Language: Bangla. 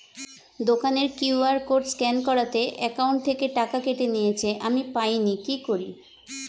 দোকানের কিউ.আর কোড স্ক্যান করাতে অ্যাকাউন্ট থেকে টাকা কেটে নিয়েছে, আমি পাইনি কি করি?